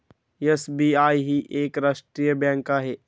SBI ही एक राष्ट्रीय बँक आहे